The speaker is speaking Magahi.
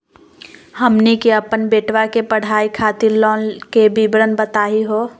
हमनी के अपन बेटवा के पढाई खातीर लोन के विवरण बताही हो?